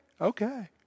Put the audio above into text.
okay